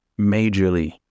majorly